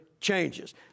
changes